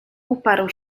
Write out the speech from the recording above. uparł